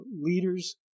leaders